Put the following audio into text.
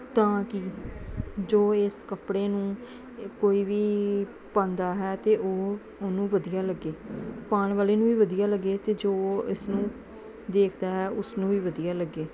ਤਾਂ ਕਿ ਜੋ ਇਸ ਕੱਪੜੇ ਨੂੰ ਕੋਈ ਵੀ ਪਾਉਂਦਾ ਹੈ ਅਤੇ ਉਹ ਉਹਨੂੰ ਵਧੀਆ ਲੱਗੇ ਪਾਉਣ ਵਾਲੇ ਨੂੰ ਵੀ ਵਧੀਆ ਲੱਗੇ ਅਤੇ ਜੋ ਇਸ ਨੂੰ ਦੇਖਦਾ ਹੈ ਉਸਨੂੰ ਵੀ ਵਧੀਆ ਲੱਗੇ